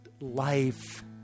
life